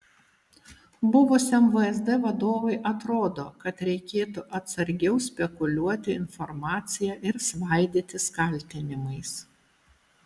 buvusiam vsd vadovui atrodo kad reikėtų atsargiau spekuliuoti informacija ir svaidytis kaltinimais